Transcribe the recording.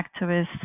activists